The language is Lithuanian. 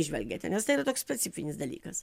žvelgiate nes tai yra toks specifinis dalykas